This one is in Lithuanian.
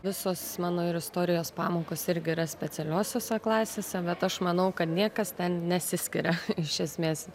visos mano ir istorijos pamokos irgi yra specialiosiose klasėse bet aš manau kad niekas ten nesiskiria iš esmės